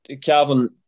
Calvin